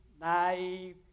naive